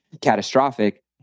catastrophic